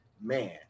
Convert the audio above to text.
man